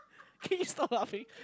please stop laughing